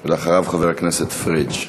אחריו, חבר הכנסת פריג'.